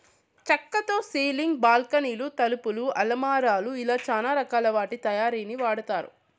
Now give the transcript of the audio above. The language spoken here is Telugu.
చక్కతో సీలింగ్, బాల్కానీలు, తలుపులు, అలమారాలు ఇలా చానా రకాల వాటి తయారీకి వాడతారు